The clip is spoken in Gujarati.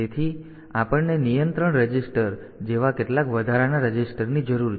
તેથી આપણને નિયંત્રણ રજીસ્ટર જેવા કેટલાક વધારાના રજીસ્ટરની જરૂર છે